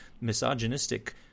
misogynistic